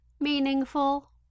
meaningful